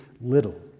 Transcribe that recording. little